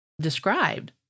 described